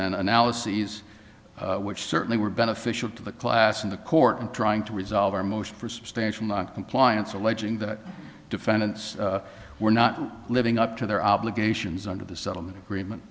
and analyses which certainly were beneficial to the class and the court in trying to resolve our motion for substantial noncompliance alleging that defendants were not living up to their obligations under the settlement agreement